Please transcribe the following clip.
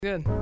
good